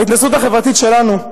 ההתנסות החברתית שלנו,